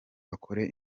akore